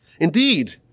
Indeed